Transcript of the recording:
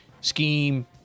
scheme